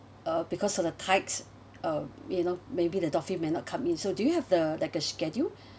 uh because of the tides uh you know maybe the dolphin may not come in so do you have the like a schedule